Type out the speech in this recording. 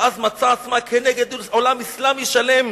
ואז מצאה עצמה כנגד עולם אסלאמי שלם,